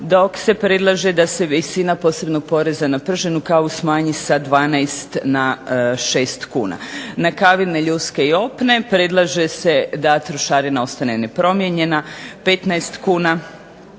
dok se predlaže da se visina posebnog poreza na prženu kavu smanji sa 12 na 6 kuna. … /Govornica se ne razumije./… predlaže se da trošarina ostane nepromijenjena 15 kuna,